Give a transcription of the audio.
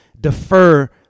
defer